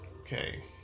Okay